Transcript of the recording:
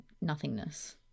nothingness